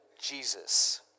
Jesus